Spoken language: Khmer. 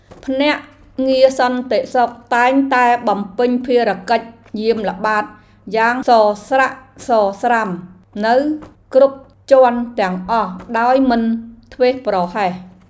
ភ្នាក់ងារសន្តិសុខតែងតែបំពេញភារកិច្ចយាមល្បាតយ៉ាងសស្រាក់សស្រាំនៅគ្រប់ជាន់ទាំងអស់ដោយមិនធ្វេសប្រហែស។